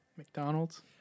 McDonald's